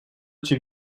cię